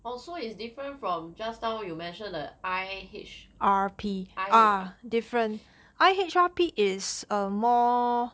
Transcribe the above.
orh so is different from just now you mentioned the I_H I_H ah